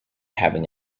having